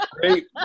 great